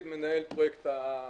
מנהל פרויקט המתנול.